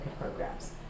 programs